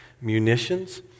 munitions